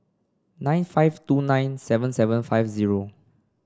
nine five two nine seven seven five zero